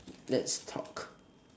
let's talk